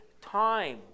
time